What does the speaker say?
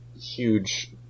huge